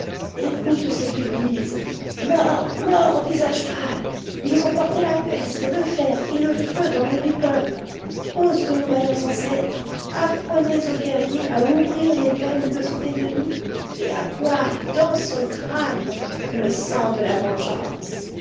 écoute ce qu'ils disent mort mort aux visages pâles ils ont porté la peste le fer et le feu dans nos wigwams os de nos vaillants ancêtres apprenez au guerrier à ouvrir les veines de son ennemi et à boire dans son crâne le sang de la vengeance